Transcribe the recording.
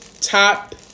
top